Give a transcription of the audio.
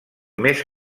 més